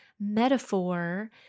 metaphor